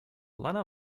lena